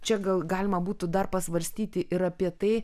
čia gal galima būtų dar pasvarstyti ir apie tai